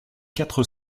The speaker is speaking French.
quatre